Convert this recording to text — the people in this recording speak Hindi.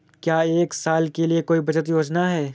क्या एक साल के लिए कोई बचत योजना है?